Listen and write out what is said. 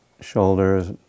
shoulders